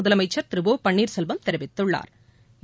முதலமைச்சா் திரு ஓ பன்னீா்செல்வம் தெரிவித்துள்ளாா்